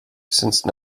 since